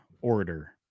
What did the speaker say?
Order